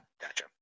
Gotcha